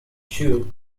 two